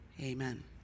Amen